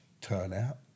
turnout